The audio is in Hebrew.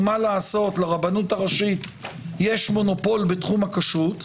ומה לעשות לרבנות הראשית יש מונופול בתחום הכשרות,